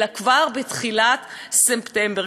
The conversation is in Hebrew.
אלא כבר בתחילת ספטמבר,